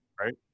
Right